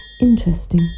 Interesting